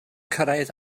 cyrraedd